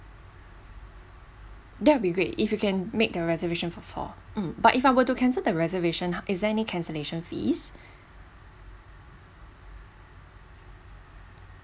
that would be great if you can make the reservation for four hmm but if I were to cancel the reservation is any cancellation fees